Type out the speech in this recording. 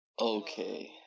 Okay